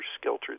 Skelter